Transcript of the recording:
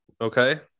Okay